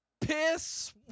piss